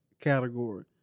category